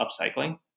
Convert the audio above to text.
upcycling